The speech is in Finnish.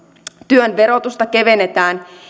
työn verotusta kevennetään